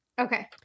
Okay